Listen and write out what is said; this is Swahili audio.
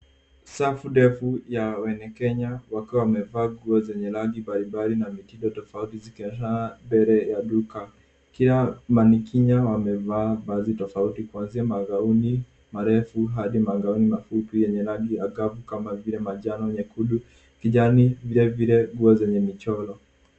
Safu ndefu ya wenekenya wakiwa wamevaa nguo zenye rangi mbalimbali na mitindo tofauti zikionyeshana mbele ya duka. Pia manikinya wamevaa mavazi tofauti kuanzia magauni marefu hadi magauni mafupi yenye rangi angavu kama vile manjano, nyekundu, kijani, vilevile nguo zenye michoro.